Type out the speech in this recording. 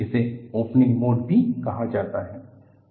इसे opening mode भी कहा जाता है